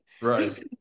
Right